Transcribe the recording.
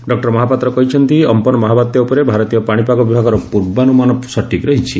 doctor Mohapatra କହିଛନ୍ତି Amphan ମହାବାତ୍ୟା ଉପରେ ଭାରତୀୟ ପାଣିପାଗ ବିଭାଗର ପୂର୍ବାନୁମାନ ସଠିକ୍ ରହିଛି